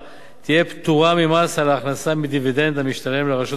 תהיה פטורה ממס על ההכנסה מדיווידנד המשתלם לרשות המקומית